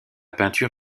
peinture